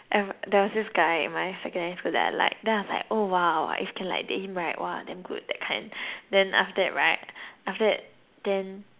I've there was this guy in my secondary school that I like then I was like oh !wow! if can like date him right !wah! damn good that kind then after that right after that then